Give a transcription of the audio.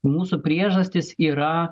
mūsų priežastys yra